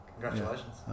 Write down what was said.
congratulations